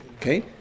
Okay